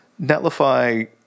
Netlify